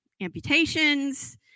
amputations